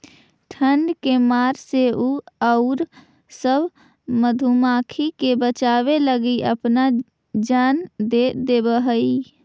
ठंड के मार से उ औउर सब मधुमाखी के बचावे लगी अपना जान दे देवऽ हई